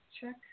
check